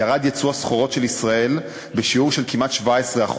ירד יצוא הסחורות של ישראל בשיעור של כמעט 17%,